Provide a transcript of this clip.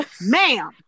ma'am